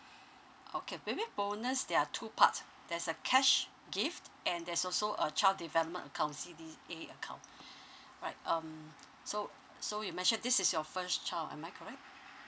okay baby bonus there are two part there's a cash gift and there's also a child development account C_D_A account right um so so you mentioned this is your first child am I correct